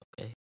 Okay